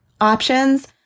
options